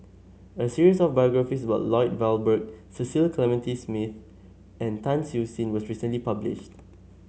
a series of biographies about Lloyd Valberg Cecil Clementi Smith and Tan Siew Sin was recently published